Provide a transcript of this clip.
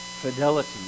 fidelity